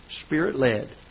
spirit-led